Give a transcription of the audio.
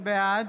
בעד